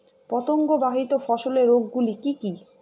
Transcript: পতঙ্গবাহিত ফসলের রোগ গুলি কি কি?